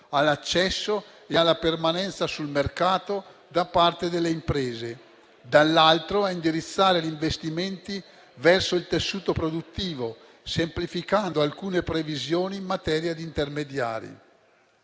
all'accesso e alla permanenza nel mercato da parte delle imprese, dall'altro, a indirizzare gli investimenti verso il tessuto produttivo, semplificando alcune previsioni in materia di intermediari.